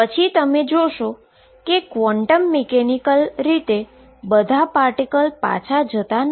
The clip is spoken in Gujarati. પછી તમે જોશો કે ક્વોન્ટમ મીકેનીકલ રીતે બધા પાર્ટીકલ પાછા જતા નથી